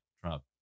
Trump